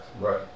Right